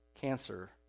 cancer